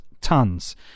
tons